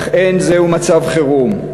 אך אין זה מצב חירום.